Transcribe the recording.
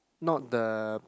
not the